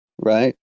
right